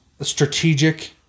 strategic